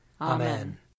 Amen